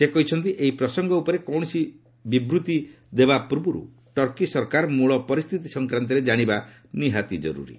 ସେ କହିଛନ୍ତି ଏହି ପ୍ରସଙ୍ଗ ଉପରେ କୌଣସି ବିବୃତ୍ତି ଦେବା ପୂର୍ବରୁ ଟର୍କୀ ସରକାର ମୂଳ ପରିସ୍ଥିତି ସଂକ୍ରାନ୍ତରେ କାଣିବା ନିହାତି ଜରୁରୀ